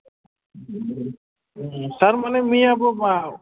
थारमाने मैयाबो मा